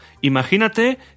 imagínate